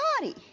body